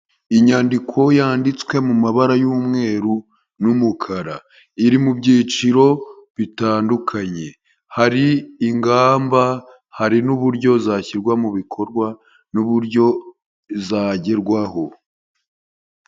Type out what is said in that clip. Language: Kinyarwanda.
Inyandiko yanditswe mu mabara y'umweru n'umukara, iri mu byiciro bitandukanye, hari ingamba, hari n'uburyo zashyirwa mu bikorwa n'uburyo zagerwaho.